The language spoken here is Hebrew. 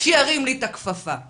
שירים לי את הכפפה.